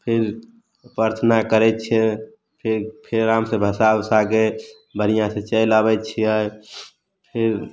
फिर प्रर्थना करैत छियै फिर फिर आराम से भसा ओसाके बढ़िआँ से चलि आबैत छियै फिर